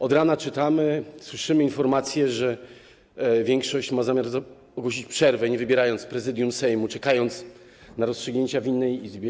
Od rana czytamy, słyszymy informacje, że większość ma zamiar ogłosić przerwę bez wybierania Prezydium Sejmu, w oczekiwaniu na rozstrzygnięcia w innej Izbie.